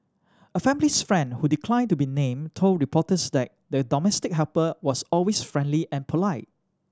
a family friend who declined to be named told reporters that the domestic helper was always friendly and polite